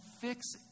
fix